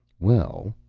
well,